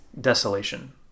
desolation